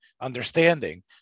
understanding